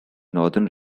northern